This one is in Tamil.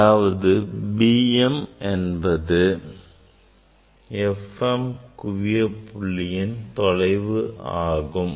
எனவே bm என்பது fm குவிய புள்ளியின் தொலைவு ஆகும்